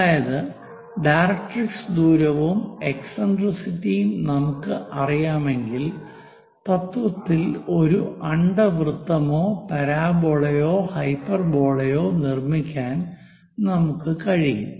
അതായത് ഡയറക്ട്രിക്സ് ദൂരവും എസ്സെൻട്രിസിറ്റിയും നമുക്ക് അറിയാമെങ്കിൽ തത്ത്വത്തിൽ ഒരു അണ്ഡവൃത്തമോ പരാബോളയോ ഹൈപ്പർബോളയോ നിർമ്മിക്കാൻ നമുക്ക് കഴിയും